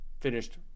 finished